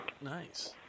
Nice